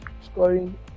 scoring